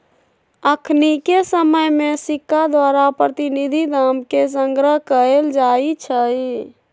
अखनिके समय में सिक्का द्वारा प्रतिनिधि दाम के संग्रह कएल जाइ छइ